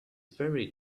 very